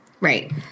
Right